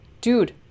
dude